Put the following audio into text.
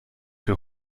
für